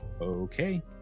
okay